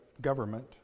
government